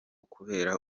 kubera